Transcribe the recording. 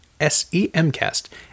S-E-M-Cast